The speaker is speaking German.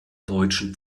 deutschen